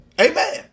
amen